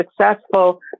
successful